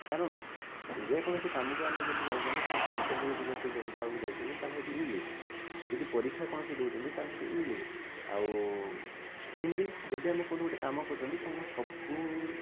କାରଣ ଯେକୌଣସି କାମକୁ ଆମେ ଯଦି ଯାଉଛନ୍ତି କୌଣସି ଇଣ୍ଟର୍ଭିଉ ଯଦି ଦେବା ଦେବାକୁ ଯାଉଛନ୍ତି ତା'ହେଲେ ସେଇଠି ଇଂଲିଶ୍ ଯଦି ପରୀକ୍ଷା କୌଣସି ଦେଉଛନ୍ତି ତା'ହେଲେ ସେଇଠି ଇଂଲିଶ୍ ଆଉ ହିନ୍ଦୀ ଯଦି ଆମେ କେଉଁଠୁ ଗୋଟେ କାମ କରୁଛନ୍ତି କାହିଁକିନା ସବୁ